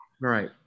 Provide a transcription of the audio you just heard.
Right